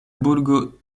burgo